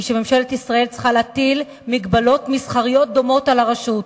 שממשלת ישראל צריכה להטיל מגבלות מסחריות דומות על הרשות,